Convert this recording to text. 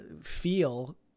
feel